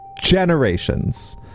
generations